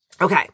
Okay